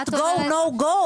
את go / no go.